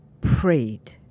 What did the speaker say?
prayed